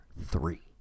three